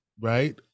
right